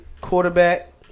Quarterback